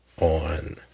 on